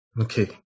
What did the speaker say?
Okay